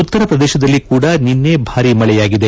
ಉತ್ತರ ಪ್ರದೇಶದಲ್ಲಿ ಕೂಡ ನಿನ್ನೆ ಭಾರಿ ಮಳೆಯಾಗಿದೆ